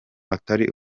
atari